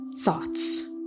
thoughts